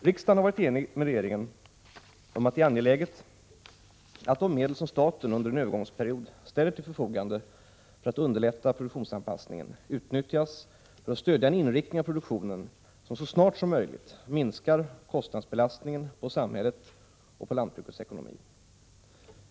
Riksdagen har varit enig med regeringen om att det är angeläget att de medel som staten under en övergångsperiod ställer till förfogande för att underlätta produktionsanpassningen utnyttjas för att stödja en inriktning av produktionen som så snart som möjligt minskar kostnadsbelastningen på samhället och på lantbrukets ekonomi.